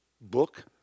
book